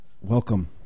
Welcome